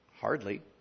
Hardly